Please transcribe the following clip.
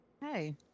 Hey